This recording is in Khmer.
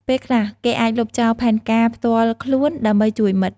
ពេលខ្លះ គេអាចលុបចោលផែនការផ្ទាល់ខ្លួន ដើម្បីជួយមិត្ត។